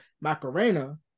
Macarena